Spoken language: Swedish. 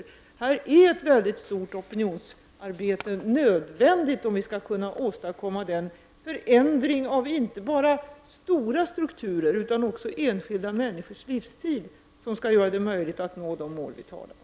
Det är nödvändigt med ett stort opinionsarbete, om vi skall kunna åstadkomma den förändring av inte bara stora strukturer utan även av enskilda människors livsstil, ifall det skall bli möjligt att nå de mål som vi talar om.